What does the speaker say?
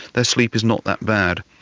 their sleep is not that bad.